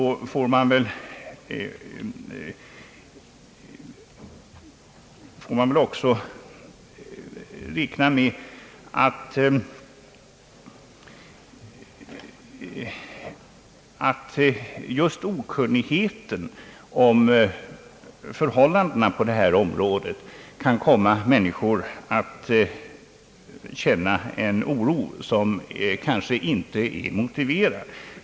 Man får räkna med att okunnigheten om förhållandena på atomkraftområdet kan få människor att känna en oro som månhända inte är motiverad.